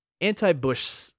anti-Bush